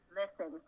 listen